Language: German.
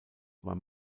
war